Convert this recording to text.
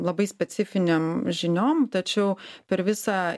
labai specifiniom žiniom tačiau per visą